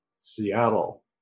Seattle